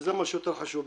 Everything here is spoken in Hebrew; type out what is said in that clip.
וזה מה שיותר חשוב.